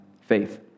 faith